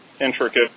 intricate